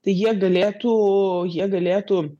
tai jie galėtų jie galėtų